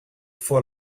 for